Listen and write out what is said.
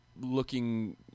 looking